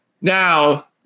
now